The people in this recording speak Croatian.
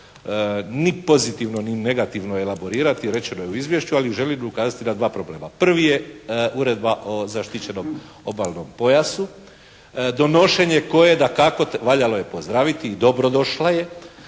ni pozitivno ni negativno elaborirati, rečeno je u izvješću, ali želim ukazati na dva problema. Prvi je Uredba o zaštićenom obalnom pojasu. Donošenje koje dakako valjalo je pozdraviti i dobro došla je